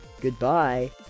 Goodbye